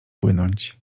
płynąć